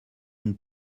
une